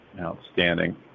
Outstanding